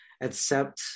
accept